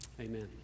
amen